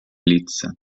лица